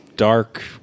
dark